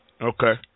Okay